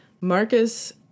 Marcus